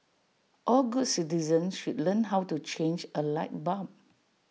all good citizens should learn how to change A light bulb